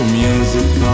music